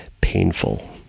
painful